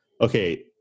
okay